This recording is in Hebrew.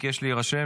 ביקש להירשם